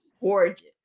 gorgeous